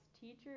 teacher